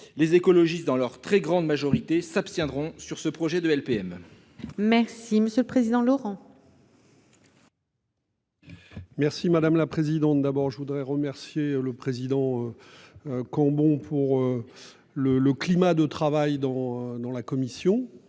Les écologistes dans leur très grande majorité s'abstiendront sur ce projet de LPM. Merci monsieur le président, Laurent. Merci madame la présidente. D'abord je voudrais remercier le président. Quand bon pour. Le climat de travail dans dans la commission,